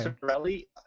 Sorelli